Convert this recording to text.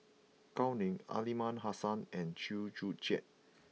Gao Ning Aliman Hassan and Chew Joo Chiat